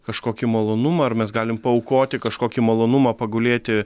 kažkokį malonumą ar mes galim paaukoti kažkokį malonumą pagulėti